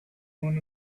run